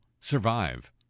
survive